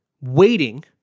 waiting